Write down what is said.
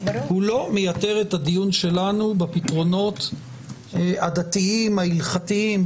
והוא לא מייתר את הדיון שלנו בפתרונות הדתיים ההלכתיים,